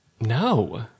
no